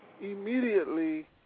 immediately